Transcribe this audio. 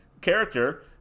character